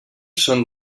són